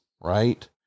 right